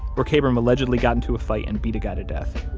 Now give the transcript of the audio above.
where kabrahm allegedly got into a fight and beat a guy to death,